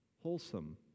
wholesome